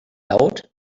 laut